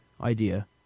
idea